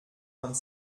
vingt